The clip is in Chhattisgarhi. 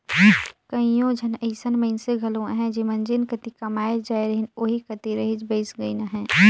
कइयो झन अइसन मइनसे घलो अहें जेमन जेन कती कमाए ले जाए रहिन ओही कती रइच बइस गइन अहें